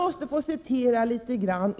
Herr talman!